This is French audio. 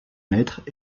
maîtres